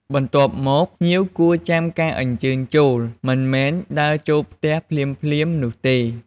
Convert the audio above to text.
បន្ទាប់មក ភ្ញៀវគួរចាំការអញ្ជើញចូល មិនមែនដើរចូលផ្ទះភ្លាមៗនោះទេ។